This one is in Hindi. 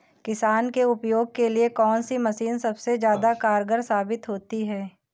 किसान के उपयोग के लिए कौन सी मशीन सबसे ज्यादा कारगर साबित होती है?